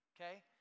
okay